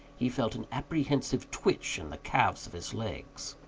he felt an apprehensive twitch in the calves of his legs.